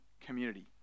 community